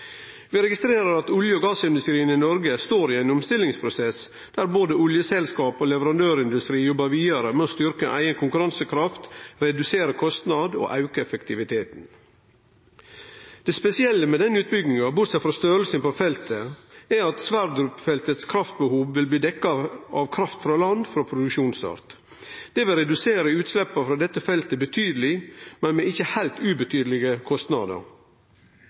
Vi registrerer at olje- og gassindustrien i Noreg står i ein omstillingsprosess der både oljeselskap og leverandørindustri jobbar vidare med å styrkje eigen konkurransekraft, redusere kostnad og auke effektiviteten. Det spesielle med denne utbygginga, bortsett frå storleiken på feltet, er at kraftbehovet til Sverdrup-feltet vil bli dekt av kraft frå land frå produksjonsstart. Det vil redusere utsleppa frå dette feltet betydeleg, men med ikkje heilt ubetydelege kostnader.